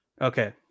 Okay